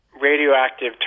radioactive